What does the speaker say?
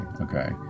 Okay